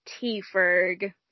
T-Ferg